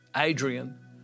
Adrian